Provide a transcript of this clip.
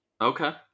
Okay